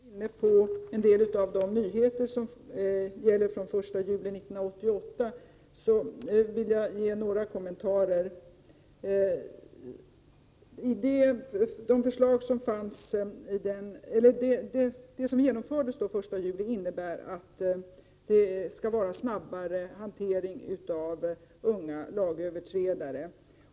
Herr talman! Ingbritt Irhammar var inne på en del av de nyheter som gäller från den 1 juli 1988, och jag vill göra några kommentarer till detta. Det som genomfördes den 1 juli innebär att det skall ske en snabbare hantering av unga lagöverträdare.